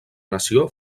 nació